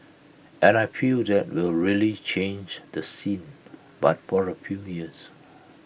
and I feel that will really change the scene but for A few years